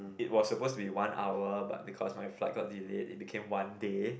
it was supposed to be one hour but because my flight got delayed it became one day